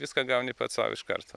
viską gauni pats sau iš karto